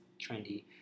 trendy